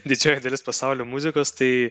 didžioji dalis pasaulio muzikos tai